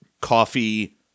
Coffee